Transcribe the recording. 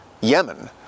Yemen